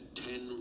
ten